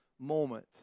moment